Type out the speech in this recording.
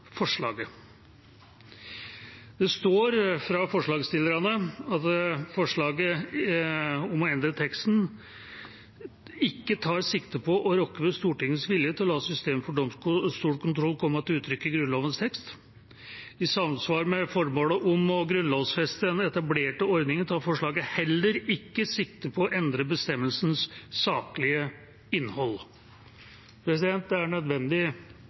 forslaget. Forslagsstillerne skriver at forslaget om å endre teksten ikke tar sikte på å rokke ved Stortingets vilje til å la systemet for domstolskontroll komme til uttrykk i Grunnlovens tekst. I samsvar med formålet om å grunnlovfeste den etablerte ordningen tar forslaget heller ikke sikte på å endre bestemmelsens saklige innhold. Det er nødvendig